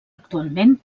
actualment